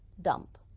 dump,